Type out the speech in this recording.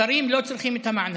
שרים לא צריכים את המענק,